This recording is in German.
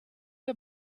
der